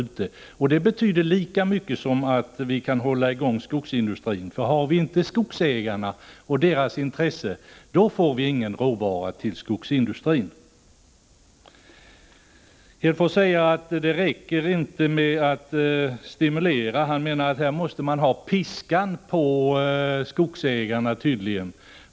Det betyder lika mycket som att vi kan hålla i gång skogsindustrin. Har vi inte skogsägarna och deras intresse, får vi ingen råvara till skogsindustrin. Lars Hedfors säger att det inte räcker med att stimulera. Tydligen menar han att man måste ha piskan på skogsägarna.